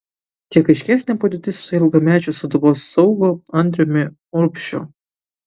kiek aiškesnė padėtis su ilgamečiu sūduvos saugu andriumi urbšiu